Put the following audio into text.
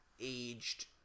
aged